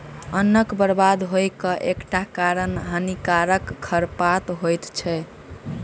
अन्नक बर्बाद होइ के एकटा कारण हानिकारक खरपात होइत अछि